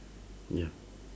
ya